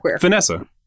Vanessa